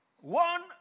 One